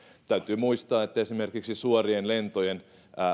täytyy muistaa että esimerkiksi suorien lentojen